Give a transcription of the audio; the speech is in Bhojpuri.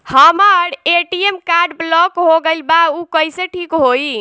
हमर ए.टी.एम कार्ड ब्लॉक हो गईल बा ऊ कईसे ठिक होई?